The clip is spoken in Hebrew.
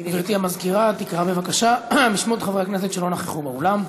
גברתי המזכירה תקרא בבקשה בשמות חברי הכנסת שלא נכחו באולם.